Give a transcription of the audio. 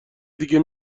دیگه